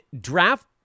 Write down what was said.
draft